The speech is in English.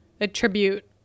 attribute